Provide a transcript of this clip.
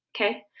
okay